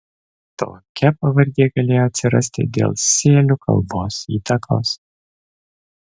tokia pavardė galėjo atsirasti dėl sėlių kalbos įtakos